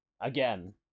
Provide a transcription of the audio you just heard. Again